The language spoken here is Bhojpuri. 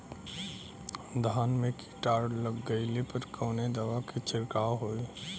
धान में कीटाणु लग गईले पर कवने दवा क छिड़काव होई?